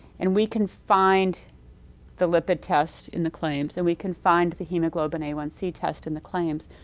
and we can find the lipid test in the claims and we can find the hemoglobin a one c test in the claims,